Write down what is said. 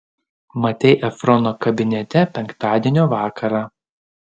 matei efrono kabinete penktadienio vakarą